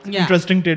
interesting